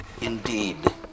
indeed